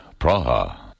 Praha